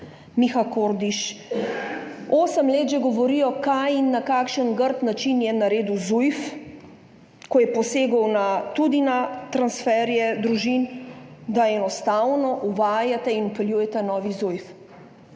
Miha Kordiš, ki že osem let govorijo, kaj in na kakšen grd način je naredil Zujf, ko je posegel tudi v transferje družin, enostavno uvajajo in vpeljujejo novi Zujf.